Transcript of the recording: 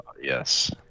Yes